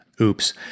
Oops